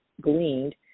gleaned